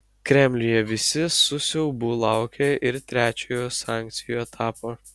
kremliuje visi su siaubu laukia ir trečiojo sankcijų etapo